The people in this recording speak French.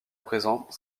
présent